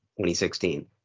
2016